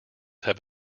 have